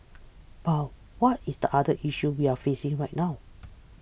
but what is the other issue we're facing right now